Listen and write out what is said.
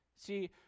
See